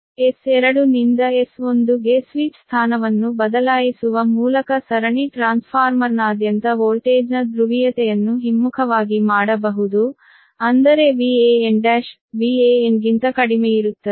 S2 ನಿಂದ S1 ಗೆ switch ಸ್ಥಾನವನ್ನು ಬದಲಾಯಿಸುವ ಮೂಲಕ ಸರಣಿ ಟ್ರಾನ್ಸ್ಫಾರ್ಮರ್ನಾದ್ಯಂತ ವೋಲ್ಟೇಜ್ನ ಧ್ರುವೀಯತೆಯನ್ನು ಹಿಮ್ಮುಖವಾಗಿ ಮಾಡಬಹುದು ಅಂದರೆ Van1 Van ಗಿಂತ ಕಡಿಮೆಯಿರುತ್ತದೆ